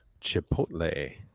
Chipotle